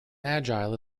agile